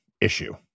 issue